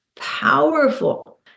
powerful